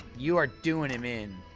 you are doing him in